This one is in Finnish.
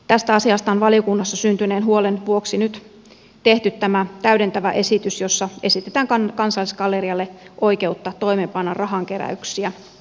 tästä asiasta on valiokunnassa syntyneen huolen vuoksi nyt tehty tämä täydentävä esitys jossa esitetään kansallisgallerialle oikeutta toimeenpanna rahankeräyksiä